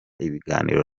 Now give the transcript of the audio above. ibiganiro